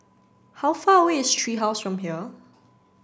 how far away is Tree House from here